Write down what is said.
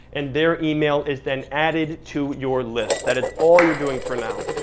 and their email is then added to your list. that is all you're doing for now.